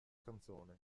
canzone